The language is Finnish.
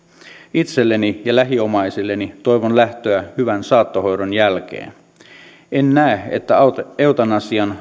itselleni ja lähiomaisilleni toivon lähtöä hyvän saattohoidon jälkeen en näe että eutanasian